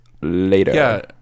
later